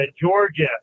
Georgia